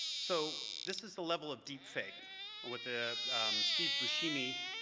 so this is the level of deep fake with the steve buscemi